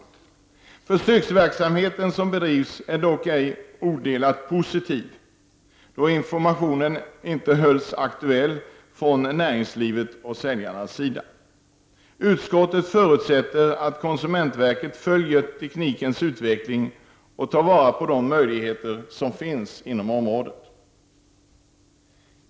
Den försöksverksamhet som bedrivs är dock ej odelat positiv, då informationen inte hölls aktuell från näringslivets och säljarnas sida. Utskottet förutsätter att konsumentverket följer teknikens utveckling och tar vara på de möjligheter som finns på området.